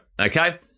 okay